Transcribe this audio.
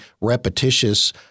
repetitious